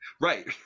Right